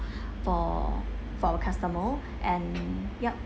for for our customer and yup